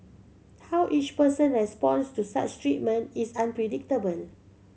how each person responds to such treatment is unpredictable